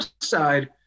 side